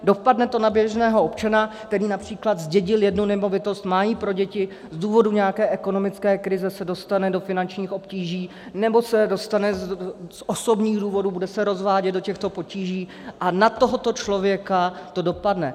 Dopadne to na běžného občana, který například zdědil jednu nemovitost, má ji pro děti, z důvodu nějaké ekonomické krize se dostane do finančních obtíží, nebo se dostane z osobních důvodů, bude se rozvádět, do těchto potíží, a na tohoto člověka to dopadne.